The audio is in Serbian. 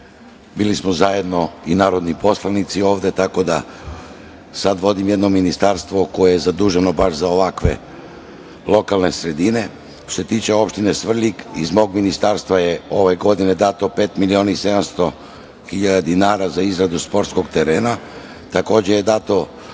Bili smo zajedno i narodni poslanici ovde. Sada vodim jedno ministarstvo koje je zaduženo baš za ovakve lokalne sredine. Što se tiče opštine Svrljig, iz mog Ministarstva je ove godine dato 5.700.000 dinara za izradu sportskog terena. Takođe je dato